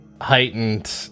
heightened